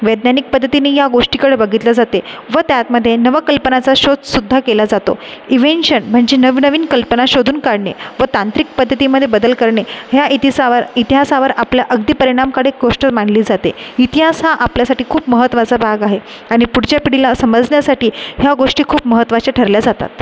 वैज्ञानिक पद्धतीने या गोष्टीकडे बघितलं जाते व त्यामध्ये नवकल्पनाचा शोधसुद्धा केला जातो इव्हेंशन म्हणजे नवनवीन कल्पना शोधून काढणे व तांत्रिक पद्धतीमध्ये बदल करणे ह्या इतिसावर इतिहासावर आपला अगदी परिणामकारक गोष्ट मानली जाते इतिहास हा आपल्यासाठी खूप महत्वाचा भाग आहे आणि पुढच्या पिढीला समजण्यासाठी ह्या गोष्टी खूप महत्वाच्या ठरल्या जातात